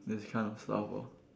these kind of stuff lor